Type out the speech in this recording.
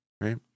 Right